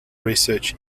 research